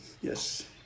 Yes